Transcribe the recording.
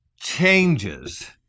changes